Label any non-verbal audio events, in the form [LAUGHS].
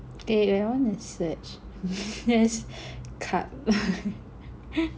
eh I don't wanna search [LAUGHS] just cup [LAUGHS]